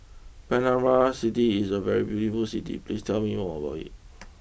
Panama City is a very beautiful City please tell me more about it